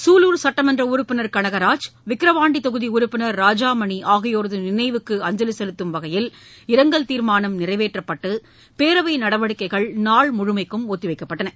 சூலூர் சட்டமன்ற உறுப்பினர் கனகராஜ் விக்கிரவாண்டி தொகுதி உறுப்பினர் ராஜாமணி ஆகியோரது நினைவுக்கு அஞ்சலி செலுத்தும் வகையில் இரங்கல் தீர்மானம் நிறைவேற்றப்பட்டு பேரவை நடவடிக்கைகள் நாள் முழுமைக்கும் ஒத்திவைக்கப்பட்டன